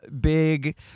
big